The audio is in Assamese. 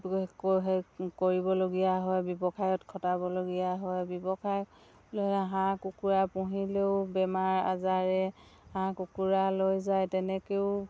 হেৰি কৰিবলগীয়া হয় ব্যৱসায়ত খটাবলগীয়া হয় ব্যৱসায় ল'লে হাঁহ কুকুৰা পুহিলেও বেমাৰ আজাৰে হাঁহ কুকুৰা লৈ যায় তেনেকৈয়ো